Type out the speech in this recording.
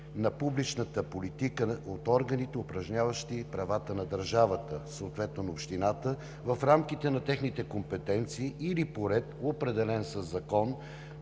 на публичната политика от органите, упражняващи правата на държавата, съответно на общината, в рамките на техните компетенции или по ред, определен със закон